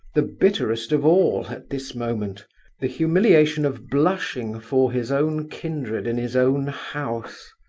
the bitterest of all, at this moment the humiliation of blushing for his own kindred in his own house.